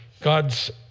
God's